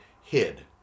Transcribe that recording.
Hid